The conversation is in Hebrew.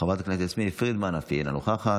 חברת הכנסת יסמין פרידמן, אינה נוכחת.